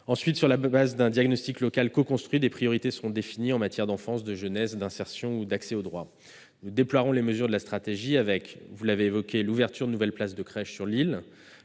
Ensuite, sur la base d'un diagnostic local coconstruit, des priorités seront définies en matière d'enfance, de jeunesse, d'insertion ou d'accès au droit. Nous déploierons les mesures de la stratégie avec l'ouverture de nouvelles places de crèche sur l'île,